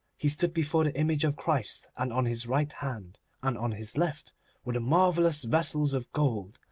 he stood before the image of christ, and on his right hand and on his left were the marvellous vessels of gold,